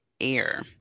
air